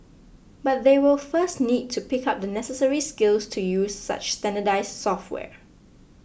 but they will first need to pick up the necessary skills to use such standardized software